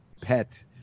pet